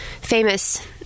famous